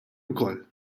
wkoll